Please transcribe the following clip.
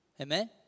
Amen